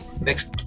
next